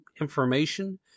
information